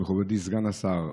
מכובדי סגן השר,